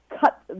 cut